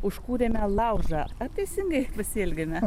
užkūrėme laužą ar teisingai pasielgėme